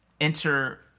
enter